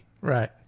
Right